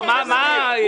רגע, מה אתה רוצה ממנו?